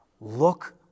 Look